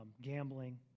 gambling